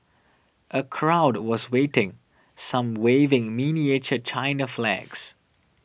a crowd was waiting some waving miniature China flags